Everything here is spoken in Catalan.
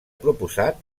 proposat